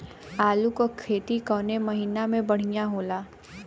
आलू क खेती कवने महीना में बढ़ियां होला?